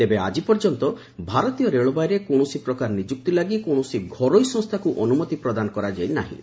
ତେବେ ଆଜି ପର୍ଯ୍ୟନ୍ତ ଭାରତୀୟ ରେଳବାଇରେ କୌଣସି ପ୍ରକାର ନିଯୁକ୍ତି ଲାଗି କୌଣସି ଘରୋଇ ସଂସ୍ଥାକୁ ଅନୁମତି ପ୍ରଦାନ କରାଯାଇ ନାହିଁ